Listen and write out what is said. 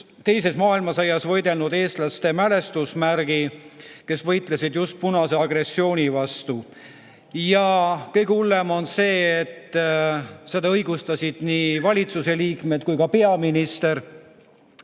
teises maailmasõjas võidelnud eestlaste mälestusmärgi, kuigi nad võitlesid just punase agressiooni vastu. Ja kõige hullem on see, et seda õigustasid nii valitsuse liikmed kui ka peaminister.